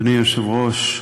אדוני היושב-ראש,